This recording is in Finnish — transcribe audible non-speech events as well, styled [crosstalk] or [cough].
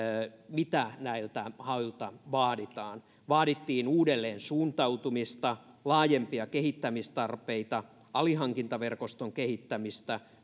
mitä näiltä hauilta vaaditaan vaadittiin uudelleensuuntautumista laajempia kehittämistarpeita alihankintaverkoston kehittämistä [unintelligible]